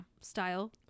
style